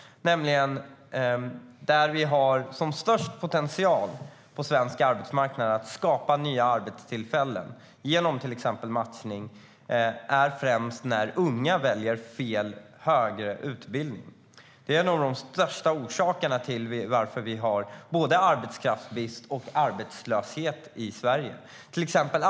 Det finns stor potential att skapa nya arbetstillfällen på svensk arbetsmarknad genom till exempel matchning. Men en av de främsta orsakerna till att vi har både arbetskraftsbrist och arbetslöshet i Sverige är att unga väljer fel högre utbildning.